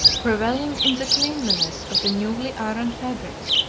revelling in the cleanliness of the newly ironed fabrics.